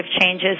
Changes